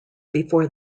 before